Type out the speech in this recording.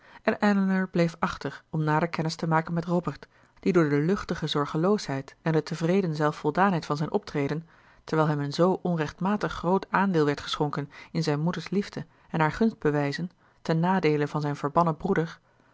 en elinor bleef achter om nader kennis te maken met robert die door de luchtige zorgeloosheid en de tevreden zelfvoldaanheid van zijn optreden terwijl hem een zoo onrechtmatig groot aandeel werd geschonken in zijn moeder's liefde en haar gunstbewijzen ten nadeele van zijn verbannen broeder